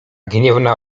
gniewna